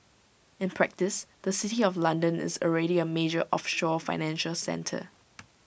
in practice the city of London is already A major offshore financial centre